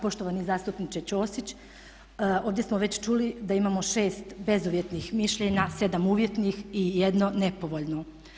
Poštovani zastupniče Ćosić, ovdje smo već čuli da imamo 6 bezuvjetnih mišljenja, 7 uvjetnih i jedno nepovoljno.